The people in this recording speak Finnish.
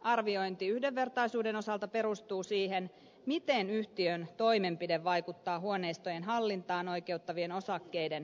arviointi yhdenvertaisuuden osalta perustuu siihen miten yhtiön toimenpide vaikuttaa huoneistojen hallintaan oikeuttavien osakkeiden arvoon